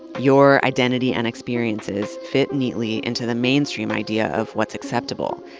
your identity and experiences, fit neatly into the mainstream idea of what's acceptable.